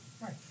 Right